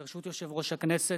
ברשות יושב-ראש הכנסת,